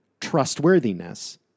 trustworthiness